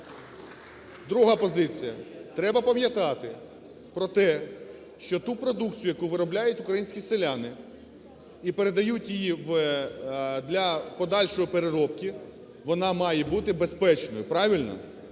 Друга позиція. Треба пам'ятати про те, що ту продукцію, яку виробляють українські селяни і передають її для подальшої переробки, вона має бути безпечною. Правильно?